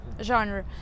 genre